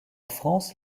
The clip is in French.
france